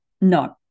No